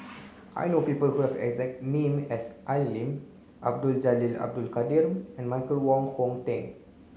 I know people who have exact name as Al Lim Abdul Jalil Abdul Kadir and Michael Wong Hong Teng